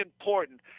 important